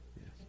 yes